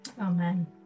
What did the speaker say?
Amen